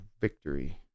victory